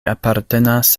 apartenas